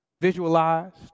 visualized